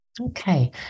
Okay